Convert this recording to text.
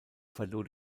verlor